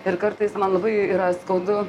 ir kartais man labai yra skaudu